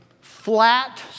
flat